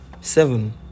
seven